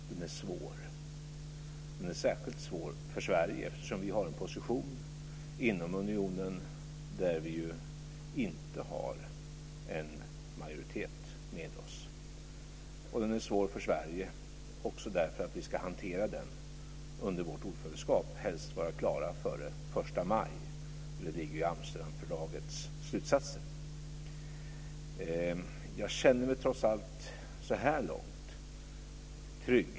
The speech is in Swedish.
Frågan är svår, och den är särskilt svår för Sverige dels därför att vi har en position inom unionen där vi inte har en majoritet med oss, dels därför att vi ska hantera den under vårt ordförandeskap. Helst ska vi vara klara före den 1 maj. Det ligger i Amsterdamfördragets slutsatser. Jag känner mig trots allt, så här långt, trygg.